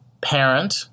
parent